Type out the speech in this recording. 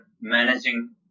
managing